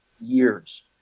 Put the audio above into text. years